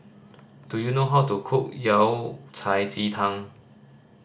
do you know how to cook Yao Cai ji tang